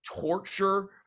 torture